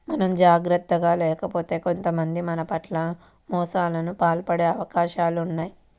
మనం జాగర్తగా లేకపోతే కొంతమంది మన పట్ల మోసాలకు పాల్పడే అవకాశాలు ఉన్నయ్